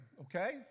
okay